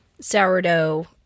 Sourdough